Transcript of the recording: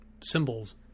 symbols